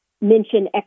mention